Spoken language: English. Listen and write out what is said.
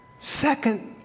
Second